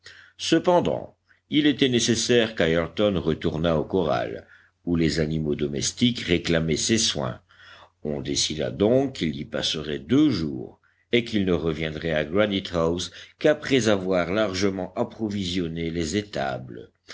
cependant il était nécessaire qu'ayrton retournât au corral où les animaux domestiques réclamaient ses soins on décida donc qu'il y passerait deux jours et qu'il ne reviendrait à granitehouse qu'après avoir largement approvisionné les étables